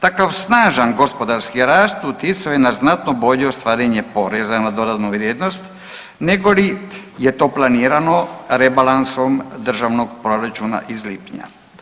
Takav snažan gospodarski rast utjecao je na znatno bolje ostvarenje poreza na dodanu vrijednost, negoli je to planirano rebalansom državnog proračuna iz lipnja.